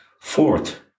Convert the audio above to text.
Fourth